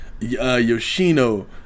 Yoshino